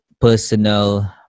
personal